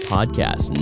Podcast